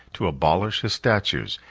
to abolish his statues,